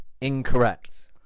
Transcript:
incorrect